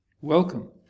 welcome